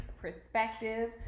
perspective